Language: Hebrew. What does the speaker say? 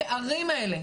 הפערים האלה,